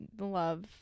love